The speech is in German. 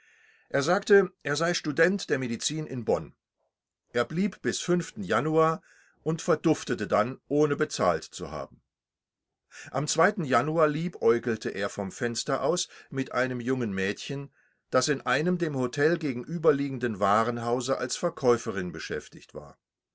er sagte er sei student der medizin in bonn er blieb bis januar und verduftete dann ohne bezahlt zu haben am januar liebäugelte er vom fenster aus mit einem jungen mädchen das in einem dem hotel gegenüberliegenden warenhause als verkäuferin beschäftigt war